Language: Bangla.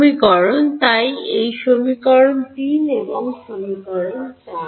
সমীকরণ তাই এই সমীকরণ 3 এবং সমীকরণ 4